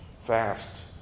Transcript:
fast